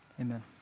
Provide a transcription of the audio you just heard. Amen